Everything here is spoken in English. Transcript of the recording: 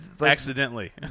Accidentally